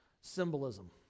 symbolism